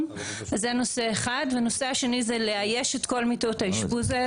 זה נורא קל להאשים את ההורים ולהגיד שזה בגללנו,